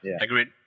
agreed